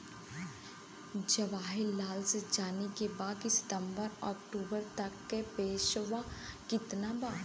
जवाहिर लाल के जाने के बा की सितंबर से अक्टूबर तक के पेसवा कितना बा?